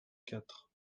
quatre